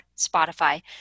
Spotify